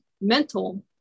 mental